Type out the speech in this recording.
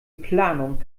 planung